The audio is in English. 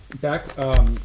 back